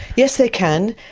yes they can,